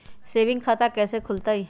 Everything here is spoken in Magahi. सेविंग खाता कैसे खुलतई?